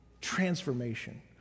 Transformation